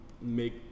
make